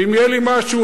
ואם יהיה לי משהו,